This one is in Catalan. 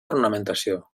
ornamentació